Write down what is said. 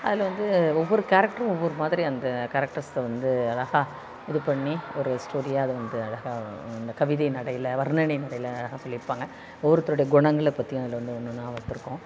அதில் வந்து ஒவ்வொரு கேரெக்டரும் ஒவ்வொரு மாதிரி அந்த கேரெக்டர்ஸை வந்து அழகாக இது பண்ணி ஒரு ஸ்டோரியாக அதை வந்து அழகாக இந்த கவிதை நடையில் வர்ணனை நடையில் அழகாக சொல்லி இருப்பாங்க ஒவ்வொருத்தருடைய குணங்களை பற்றியும் அதில் வந்து ஒன்று ஒன்னாக வந்து இருக்கும்